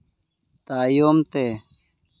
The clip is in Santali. ᱛᱟᱭᱚᱢ ᱛᱮ